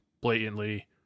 blatantly